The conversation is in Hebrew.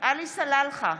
עלי סלאלחה,